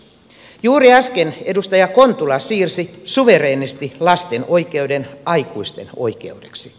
juuri äsken edustaja kontula siirsi suvereenisti lasten oikeuden aikuisten oikeudeksi